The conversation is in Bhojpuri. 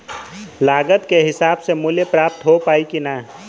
लागत के हिसाब से मूल्य प्राप्त हो पायी की ना?